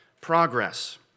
progress